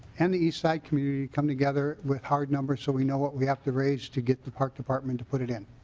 and eastside community have come together with hard numbers so we know what we have to raise to get the park department to put it in.